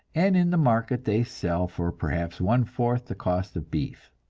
and in the market they sell for perhaps one-fourth the cost of beef,